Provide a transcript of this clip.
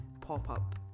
pop-up